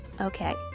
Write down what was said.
Okay